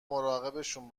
مراقبشون